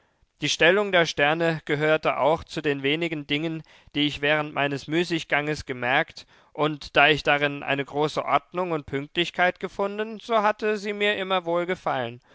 die stellung der sterne gehörte auch zu den wenigen dingen die ich während meines müßigganges gemerkt und da ich darin eine große ordnung und pünktlichkeit gefunden so hatte sie mir immer